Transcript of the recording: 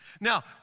Now